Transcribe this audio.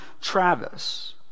Travis